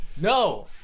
No